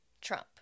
Trump